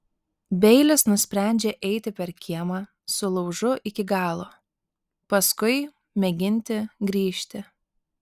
beilis nusprendžia eiti per kiemą su laužu iki galo paskui mėginti grįžti